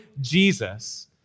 Jesus